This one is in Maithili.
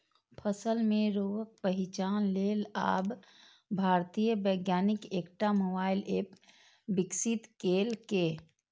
फसल मे रोगक पहिचान लेल आब भारतीय वैज्ञानिक एकटा मोबाइल एप विकसित केलकैए